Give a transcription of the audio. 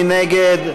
מי נגד?